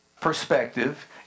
perspective